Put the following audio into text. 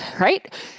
right